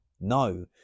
No